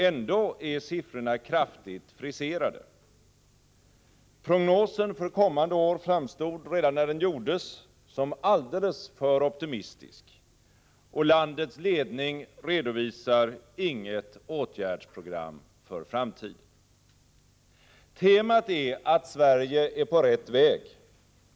Ändå är siffrorna kraftigt friserade. Prognosen för kommande år framstod redan när den gjordes som alldeles för optimistisk, och landets ledning redovisar inget åtgärdsprogram för framtiden. Temat är att Sverige är på rätt väg.